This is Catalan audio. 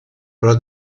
però